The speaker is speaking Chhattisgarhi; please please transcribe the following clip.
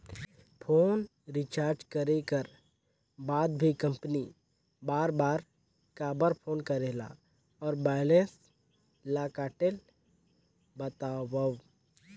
फोन रिचार्ज करे कर बाद भी कंपनी बार बार काबर फोन करेला और बैलेंस ल काटेल बतावव?